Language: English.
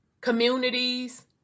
communities